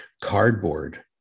cardboard